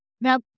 Now